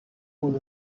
pool